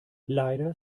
leider